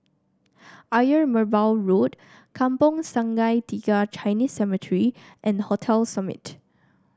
Ayer Merbau Road Kampong Sungai Tiga Chinese Cemetery and Hotel Summit